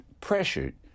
pressured